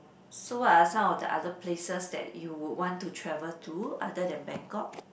so what are some of the other places that you would want to travel to other than Bangkok